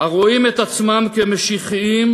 הרואים את עצמם כמשיחיים,